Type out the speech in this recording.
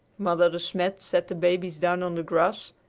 mother de smet set the babies down on the grass,